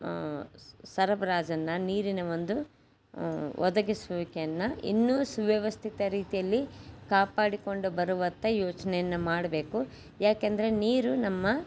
ಸ್ ಸರಬರಾಜನ್ನ ನೀರಿನ ಒಂದು ಒದಗಿಸುವಿಕೆಯನ್ನು ಇನ್ನೂ ಸುವ್ಯವಸ್ಥಿತ ರೀತಿಯಲ್ಲಿ ಕಾಪಾಡಿಕೊಂಡು ಬರುವತ್ತ ಯೋಚನೆಯನ್ನ ಮಾಡಬೇಕು ಯಾಕೆಂದರೆ ನೀರು ನಮ್ಮ